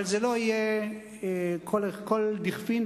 אבל זה לא יהיה לכל דכפין,